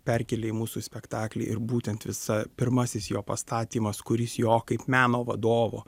perkėlė į mūsų spektaklį ir būtent visa pirmasis jo pastatymas kuris jo kaip meno vadovo